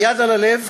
עם יד על הלב,